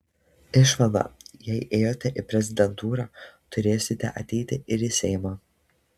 išvada jei ėjote į prezidentūrą turėsite ateiti ir į seimą